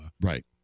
Right